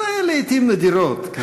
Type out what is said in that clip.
לעתים נדירות.